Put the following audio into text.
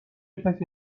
کسی